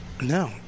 No